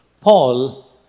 Paul